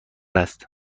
است